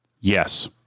Yes